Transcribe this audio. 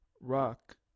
rock